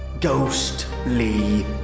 ghostly